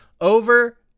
over